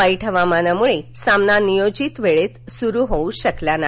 वाईट हवामानामुळे सामना नियोजित वेळी सुरू होऊ शकला नाही